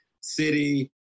City